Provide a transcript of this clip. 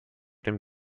dem